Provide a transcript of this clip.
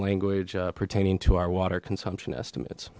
language pertaining to our water consumption estimates